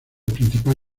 principal